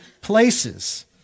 places